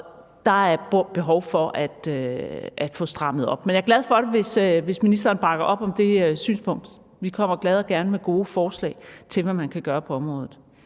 Der er behov for at få strammet op. Men jeg er glad for, hvis ministeren bakker op om det synspunkt. Vi kommer glad og gerne med gode forslag til, hvad man kan gøre på området.